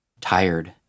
tired